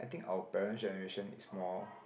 our parents generation is more